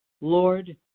Lord